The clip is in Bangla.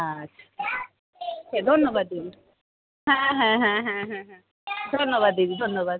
আচ্ছা সে ধন্যবাদ দিদি হ্যাঁ হ্যাঁ হ্যাঁ হ্যাঁ হ্যাঁ হ্যাঁ ধন্যবাদ দিদি ধন্যবাদ